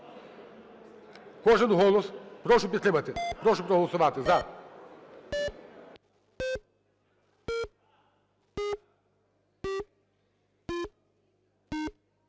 Кожен голос. Прошу підтримати, прошу проголосувати за.